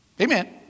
Amen